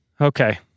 Okay